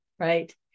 right